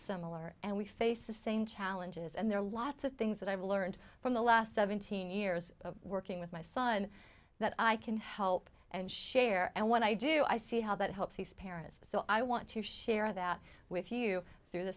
similar and we face the same challenges and there are lots of things that i've learned from the last seventeen years of working with my son that i can help and share and when i do i see how that helps these parents so i want to share that with you through the